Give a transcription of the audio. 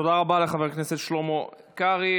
תודה רבה לחבר הכנסת שלמה קרעי.